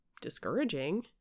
discouraging